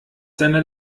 seiner